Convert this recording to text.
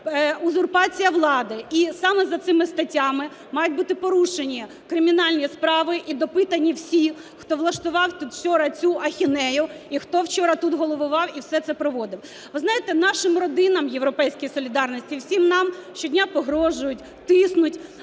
узурпація влади. І саме за цими статтями мають бути порушені кримінальні справи і допитані всі, хто влаштував вчора цю ахінею, і хто тут вчора головував, і все це проводив. Ви знаєте, нашим родинам, "Європейській солідарності", всім нам щодня погрожують, тиснуть,